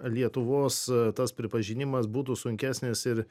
lietuvos tas pripažinimas būtų sunkesnis ir